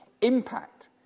Impact